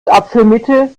abführmittel